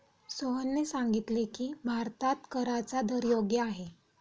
सोहनने सांगितले की, भारतात कराचा दर योग्य आहे